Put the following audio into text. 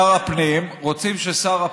רוצים ששר הפנים,